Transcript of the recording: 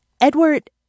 Edward